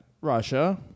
Russia